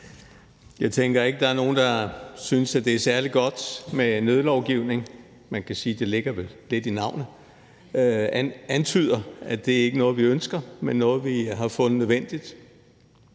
Jeg tænker ikke, at der er nogen, der synes, at det er særlig godt med nødlovgivning. Man kan sige, at det vel ligger lidt i navnet, der antyder, at det ikke er noget, vi ønsker, men noget, vi har fundet nødvendigt.